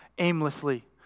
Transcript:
aimlessly